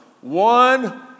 One